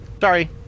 Sorry